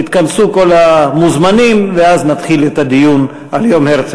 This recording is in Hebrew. יתכנסו כל המוזמנים ואז נתחיל את הדיון על יום הרצל.